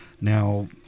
Now